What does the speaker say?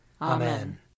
Amen